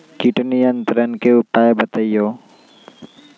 किट नियंत्रण के उपाय बतइयो?